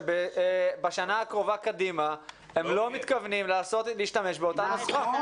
שבשנה הקרובה קדימה הם לא מתכוונים להשתמש באותה נוסחה.